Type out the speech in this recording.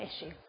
issue